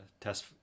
test